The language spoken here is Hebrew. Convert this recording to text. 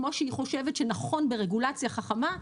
כמו שהיא חושבת שנכון ברגולציה חכמה,